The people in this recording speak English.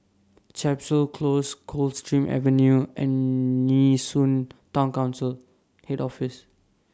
Chapel Close Coldstream Avenue and Nee Soon Town Council Head Office